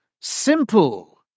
simple